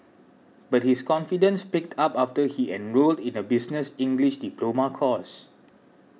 but his confidence picked up after he enrolled in a business English diploma course